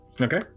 Okay